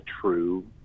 true